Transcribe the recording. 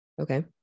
Okay